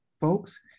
Folks